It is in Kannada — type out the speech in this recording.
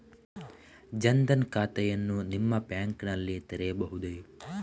ಜನ ದನ್ ಖಾತೆಯನ್ನು ನಿಮ್ಮ ಬ್ಯಾಂಕ್ ನಲ್ಲಿ ತೆರೆಯಬಹುದೇ?